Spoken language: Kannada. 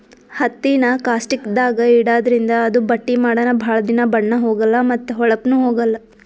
ಹತ್ತಿನಾ ಕಾಸ್ಟಿಕ್ದಾಗ್ ಇಡಾದ್ರಿಂದ ಅದು ಬಟ್ಟಿ ಮಾಡನ ಭಾಳ್ ದಿನಾ ಬಣ್ಣಾ ಹೋಗಲಾ ಮತ್ತ್ ಹೋಳಪ್ನು ಹೋಗಲ್